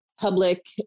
public